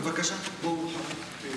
חברי הכנסת, זה נוסח